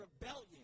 rebellion